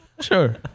Sure